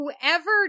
whoever